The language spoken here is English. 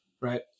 right